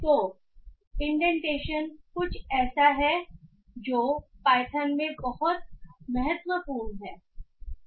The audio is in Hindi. तो इंडेंटेशन कुछ ऐसा है जो पाइथन में बहुत महत्वपूर्ण है